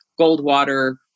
Goldwater